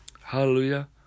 Hallelujah